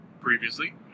previously